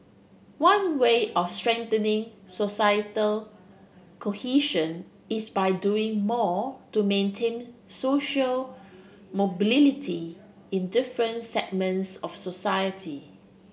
one way of strengthening societal cohesion is by doing more to maintain social in different segments of society